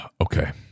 okay